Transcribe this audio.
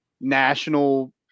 national